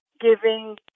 giving